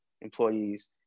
employees